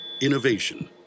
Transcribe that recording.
Innovation